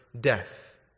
death